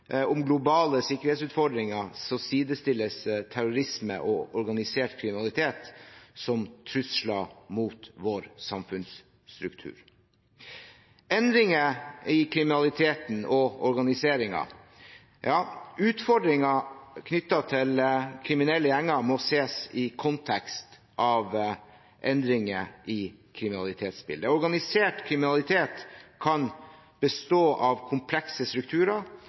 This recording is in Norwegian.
om globale sikkerhetsutfordringer, sidestilles terrorisme og organisert kriminalitet som trusler mot vår samfunnsstruktur. Utfordringer knyttet til kriminelle gjenger må ses i kontekst av endringer i kriminalitetsbildet. Organisert kriminalitet kan bestå av komplekse strukturer